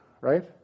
right